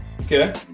okay